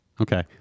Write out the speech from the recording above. Okay